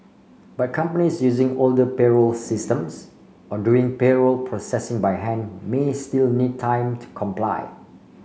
but companies using older payroll systems or doing payroll processing by hand may still need time to comply